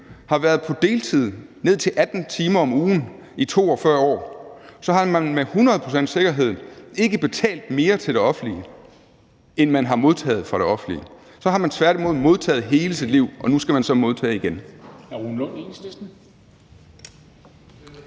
har været på deltid ned til 18 timer om ugen i 42 år, har man med hundrede procents sikkerhed ikke betalt mere til det offentlige, end man har modtaget fra det offentlige. Så har man tværtimod modtaget i hele sit liv, og nu skal man så modtage igen.